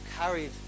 carried